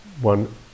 one